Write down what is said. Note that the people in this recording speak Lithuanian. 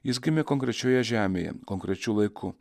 jis gimė konkrečioje žemėje konkrečiu laiku